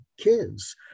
kids